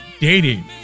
dating